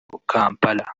kampala